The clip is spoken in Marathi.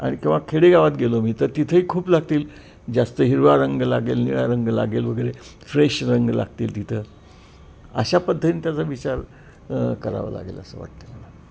आणि किंवा खेडेगावात गेलो मी तर तिथेही खूप लागतील जास्त हिरवा रंग लागेल निळा रंग लागेल वगैरे फ्रेश रंग लागतील तिथं अशा पद्धतीने त्याचा विचार करावं लागेल असं वाटतं